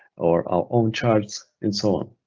or our own charts, and so on.